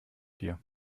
dir